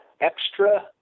extra